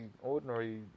ordinary